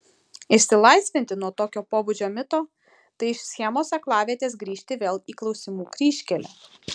išsilaisvinti nuo tokio pobūdžio mito tai iš schemos aklavietės grįžti vėl į klausimų kryžkelę